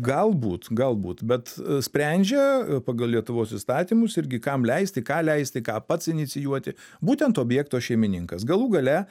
galbūt galbūt bet sprendžia pagal lietuvos įstatymus irgi kam leisti ką leisti ką pats inicijuoti būtent objekto šeimininkas galų gale